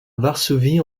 varsovie